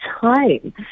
time